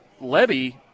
Levy